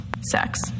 sex